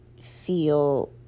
feel